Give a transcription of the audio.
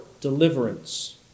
deliverance